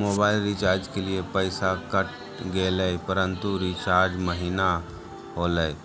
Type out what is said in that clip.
mobile recharge के लिए पैसा कट गेलैय परंतु रिचार्ज महिना होलैय,